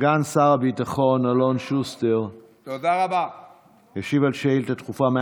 סגן שר הביטחון אלון שוסטר ישיב על שאילתה דחופה מס'